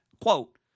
quote